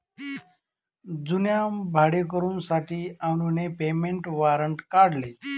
जुन्या भाडेकरूंसाठी अनुने पेमेंट वॉरंट काढले